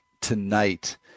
tonight